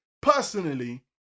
personally